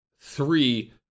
three